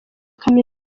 kaminuza